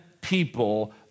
people